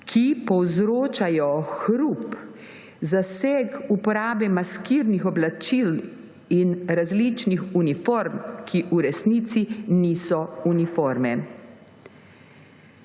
ki povzročajo hrup, zaseg uporabe maskirnih oblačil in različnih uniform, ki v resnici niso uniforme.